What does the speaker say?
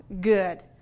good